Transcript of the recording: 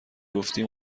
گفتی